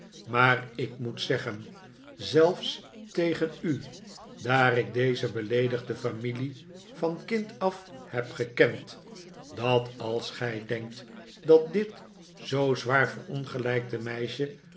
maar ik moet zeggen zelfs tegen u daar ik deze beleedigde familie van kind af heb gekend dat als gij denkt dat dit zoo zwaar verongelijkte meisje